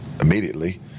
immediately